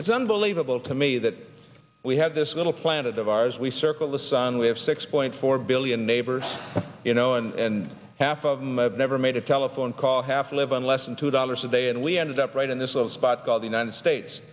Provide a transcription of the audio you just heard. it's unbelievable to me that we have this little planet of ours we circle the sun we have six point four billion neighbors you know and half of them have never made a telephone call half live on less than two dollars a day and we ended up right in this low spot called the united states